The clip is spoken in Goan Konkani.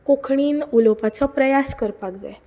कोंकणीन उलोवपाचो प्रयास करपाक जाय